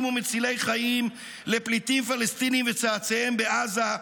ומצילי חיים לפליטים פלסטינים וצאצאיהם בעזה,